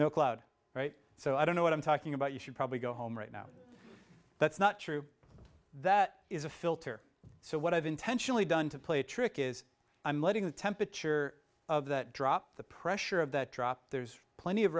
the cloud right so i don't know what i'm talking about you should probably go home right now that's not true that is a filter so what i've intentionally done to play a trick is i'm letting the temperature of that drop the pressure of that drop there's plenty of